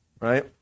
right